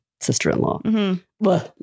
sister-in-law